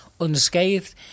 unscathed